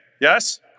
yes